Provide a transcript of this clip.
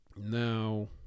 Now